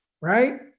right